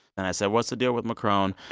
and i said, what's the deal with macron?